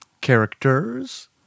Characters